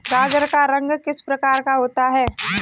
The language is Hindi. गाजर का रंग किस प्रकार का होता है?